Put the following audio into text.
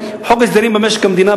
חוק ההסדרים במשק המדינה,